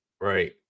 Right